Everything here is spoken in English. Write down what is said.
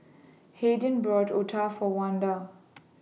Hayden bought Otah For Wanda